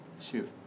shoot